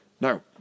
no